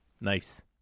Nice